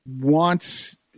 wants